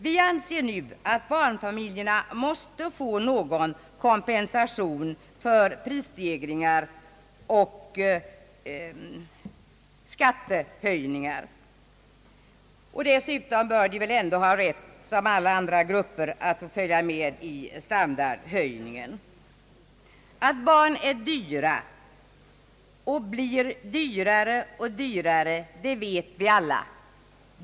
Vi anser nu, att barnfamiljerna måste få någon kompensation för prisstegringar och skattehöjningar. Dessutom bör barnfamiljerna liksom alla andra grupper ha rätt att följa med i standardhöjningen. Att kostnaderna för barn blir högre och högre vet vi alla.